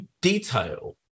detail